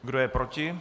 Kdo je proti?